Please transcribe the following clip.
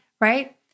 Right